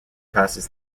passes